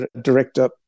director